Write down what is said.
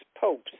popes